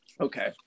Okay